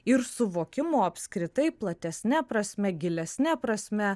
ir suvokimo apskritai platesne prasme gilesne prasme